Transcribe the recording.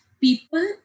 people